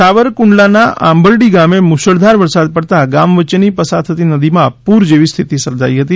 સાવરકુંડલાના બરડી ગામે મુશળધાર વરસાદ પડતા ગામ વચ્ચેની પસાર થતી નદીમાં પુર જેવી સ્થિતિ સર્જાઈ હતી